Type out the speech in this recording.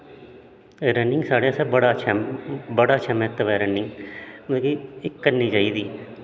running साढ़े आस्तै बड़ा अच्छा बड़ा अच्छा म्हत्तव ऐ रनिंग मतलब कि एह् करनी चाहिदी